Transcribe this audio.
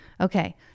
Okay